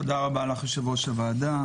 תודה רבה לך, יושבת-ראש הוועדה.